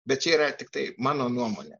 bet čia yra tiktai mano nuomonė